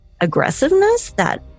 aggressiveness—that